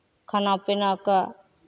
खाना पीनाकेँ